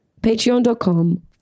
Patreon.com